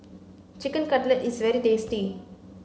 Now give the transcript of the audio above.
chicken Cutlet is very tasty